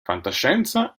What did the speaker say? fantascienza